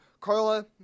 Carla